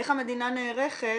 איך המדינה נערכת,